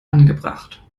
angebracht